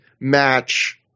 match